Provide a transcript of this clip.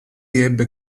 ebbe